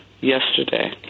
yesterday